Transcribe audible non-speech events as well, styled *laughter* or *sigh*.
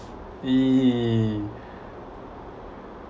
*noise*